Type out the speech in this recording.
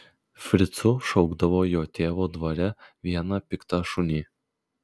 fricu šaukdavo jo tėvo dvare vieną piktą šunį